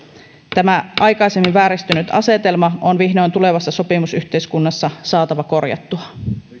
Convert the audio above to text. tämä aikaisemmin vääristynyt asetelma on tulevassa sopimusyhteiskunnassa vihdoin saatava korjattua